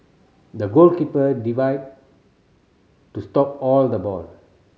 the goalkeeper divide to stop all the ball